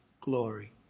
glory